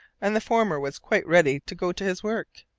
and the former was quite ready to go to his work.